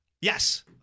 Yes